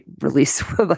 release